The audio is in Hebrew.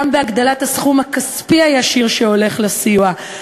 גם בהגדלת הסכום הכספי הישיר שהולך לסיוע.